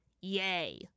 Yay